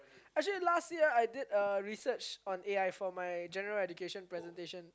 actually last year I did a research on A_I for my general education presentation